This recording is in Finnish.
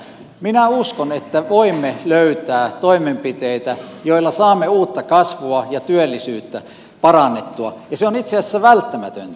minä uskon että voimme löytää toimenpiteitä joilla saamme uutta kasvua ja työllisyyttä parannettua ja se on itse asiassa välttämätöntä